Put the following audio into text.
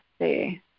see